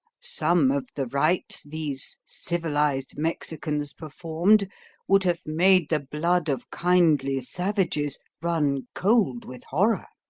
some of the rites these civilised mexicans performed would have made the blood of kindly savages run cold with horror.